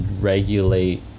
regulate